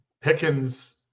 Pickens